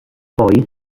poi